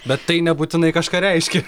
bet tai nebūtinai kažką reiškia